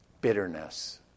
Bitterness